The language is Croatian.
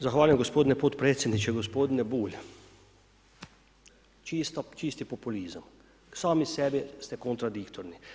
Zahvaljujem gospodine potpredsjedniče, gospodine Bulj, čisti populizam, sami sebi ste kontradiktorni.